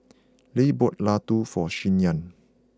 Leah bought Laddu for Shyann